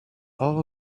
all